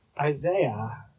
Isaiah